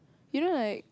you know right